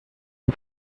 you